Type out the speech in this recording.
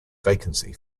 vacancy